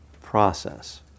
process